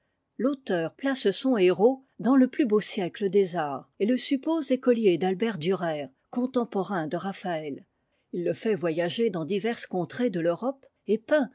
l'auteur place son héros dans le beau siècle des arts et le suppose écolier d'albert dürer contemporain de raphaël il le fait voyager dans diverses contrées de l'europe et peint